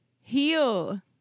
heal